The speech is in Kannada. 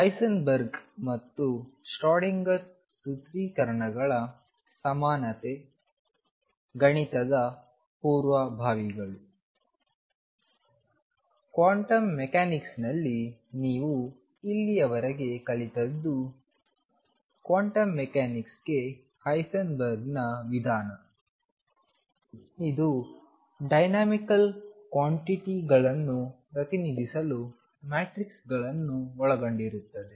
ಹೈಸೆನ್ಬರ್ಗ್ ಮತ್ತು ಶ್ರೊಡಿಂಗರ್Schrödinger ಸೂತ್ರೀಕರಣಗಳ ಸಮಾನತೆ ಗಣಿತದ ಪೂರ್ವಭಾವಿಗಳು ಕ್ವಾಂಟಮ್ ಮೆಕ್ಯಾನಿಕ್ಸ್ನಲ್ಲಿ ನೀವು ಇಲ್ಲಿಯವರೆಗೆ ಕಲಿತದ್ದು ಕ್ವಾಂಟಮ್ ಮೆಕ್ಯಾನಿಕ್ಸ್ಗೆ ಹೈಸೆನ್ಬರ್ಗ್ನ ವಿಧಾನ ಇದು ಡೈನಾಮಿಕಲ್ ಕ್ವಾಂಟಿಟಿಗಳನ್ನು ಪ್ರತಿನಿಧಿಸಲು ಮ್ಯಾಟ್ರಿಕ್ಸ್ಗಳನ್ನು ಒಳಗೊಂಡಿರುತ್ತದೆ